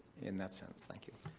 in that sense. thank you.